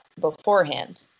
beforehand